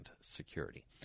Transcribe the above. Security